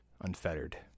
unfettered